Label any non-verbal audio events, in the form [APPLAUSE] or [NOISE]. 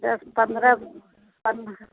दस पंद्रह [UNINTELLIGIBLE]